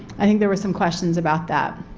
i think there were some questions about that.